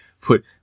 put